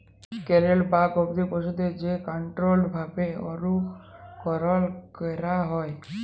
cattle বা গবাদি পশুদের যে কনটোরোলড ভাবে অনুকরল ক্যরা হয়